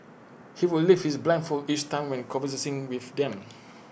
he would lift his blindfold each time when conversing with them